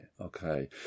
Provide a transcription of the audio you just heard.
okay